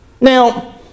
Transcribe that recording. Now